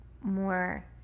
more